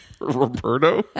Roberto